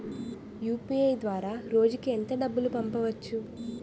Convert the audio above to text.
UPI ద్వారా రోజుకి ఎంత డబ్బు పంపవచ్చు?